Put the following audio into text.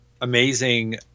Amazing